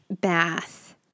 bath